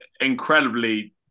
incredibly